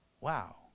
Wow